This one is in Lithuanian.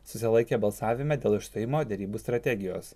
susilaikė balsavime dėl išstojimo derybų strategijos